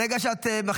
ברגע שאת מחליטה,